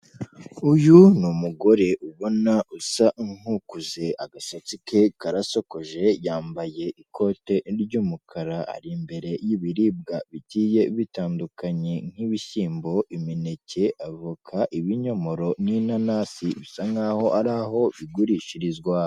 Uyu ni umugore ubona usa nk'ukuze agasatsi ke karasokoje yambaye ikote ry'umukara ari imbere y'ibiribwa bigiye bitandukanye nk'ibishyimbo, imineke, avoka, ibinyomoro n'inanasi bisa nkaho ari aho bigurishirizwa.